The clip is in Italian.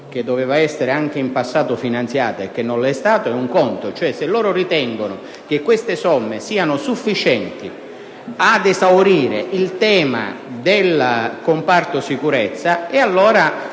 che doveva essere anche in passato finanziata e che non lo è stata, è un conto. Se loro ritengono che queste somme siano sufficienti ad esaurire il tema del comparto sicurezza, allora